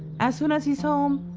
as soon as he's home,